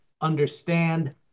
understand